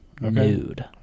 nude